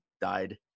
died